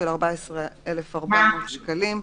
14,400 שקלים,